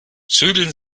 zügeln